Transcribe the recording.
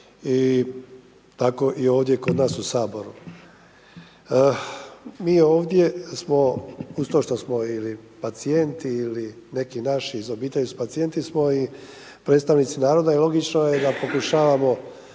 i tako i ovdje kod nas u Saboru. Mi ovdje smo uz to što smo ili pacijenti ili neki naši iz obitelji, pacijenti smo i predstavnici naroda i logično je da pokušavamo